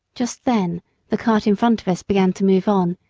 just then the cart in front of us began to move on,